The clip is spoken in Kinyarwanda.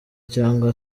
cyangwa